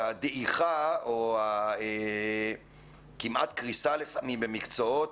הדעיכה או כמעט קריסה לפעמים במקצועות,